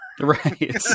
right